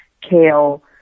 kale